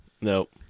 Nope